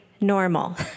normal